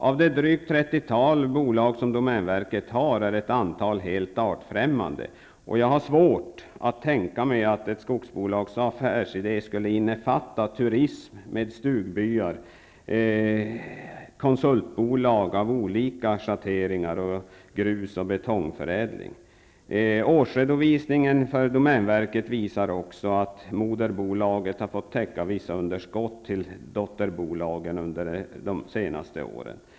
Av de drygt 30-tal dotterbolag som domänverket har, är ett antal helt artfrämmande. Jag har svårt att tänka mig att ett skogsbolags affärsidé skulle innefatta turism med stugbyar, konsultbolag av olika schatteringar och grus och betongförädling. Årsredovisningen för domänverket visar också att moderbolaget under de senaste åren har fått täcka vissa underskott hos dotterbolagen.